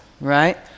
right